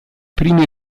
primi